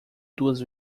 duas